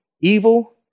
evil